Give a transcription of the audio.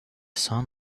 sun